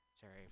Jerry